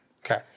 Okay